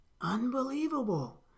Unbelievable